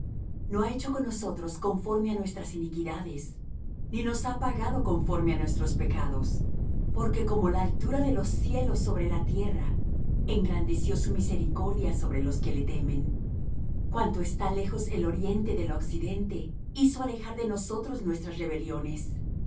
no ha hecho con nosotros conforme á nuestras iniquidades ni nos ha pagado conforme á nuestros pecados porque como la altura de los cielos sobre la tierra engrandeció su misericordia sobre los que le temen cuanto está lejos el oriente del occidente hizo alejar de nosotros nuestras rebeliones